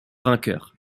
vainqueur